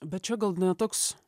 bet čia gal ne toks